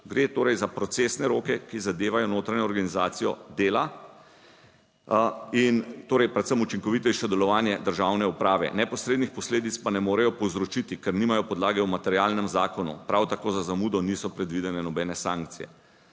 Gre torej za procesne roke, ki zadevajo notranjo organizacijo dela in torej predvsem učinkovitejše delovanje državne uprave, neposrednih posledic pa ne morejo povzročiti, ker nimajo podlage v materialnem zakonu, prav tako za zamudo niso predvidene nobene sankcije.